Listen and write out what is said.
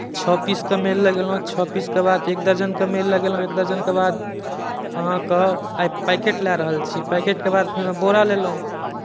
छओ पीसके मेल लगेलहुँ छओ पीसके बाद एक दर्जनके मेल लगयलहुँ एक दर्जनके बाद अहाँकेँ आइ पैकेट लऽ रहल छी पैकेटके बाद फेरो बोरा लेलहुँ